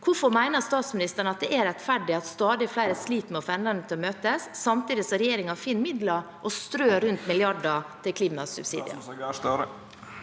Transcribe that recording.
Hvorfor mener statsministeren at det er rettferdig at stadig flere sliter med å få endene til møtes, samtidig som regjeringen finner midler og strør om seg med milliarder til klimasubsidier?